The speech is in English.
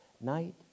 night